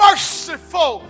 Merciful